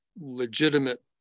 legitimate